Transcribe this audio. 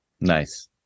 Nice